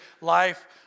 life